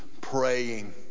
praying